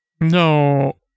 No